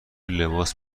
لباس